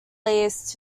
lease